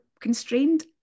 constrained